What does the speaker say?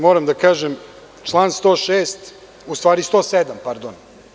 Moram da kažem, član 106. u stvari 107. pardon.